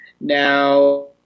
Now